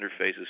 interfaces